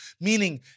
meaning